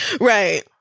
Right